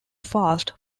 fast